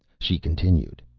she continued,